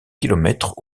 kilomètres